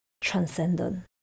transcendent